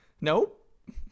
Nope